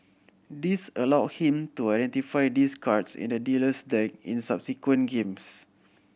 this allowed him to identify these cards in the dealer's deck in subsequent games